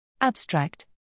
Abstract